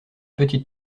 petite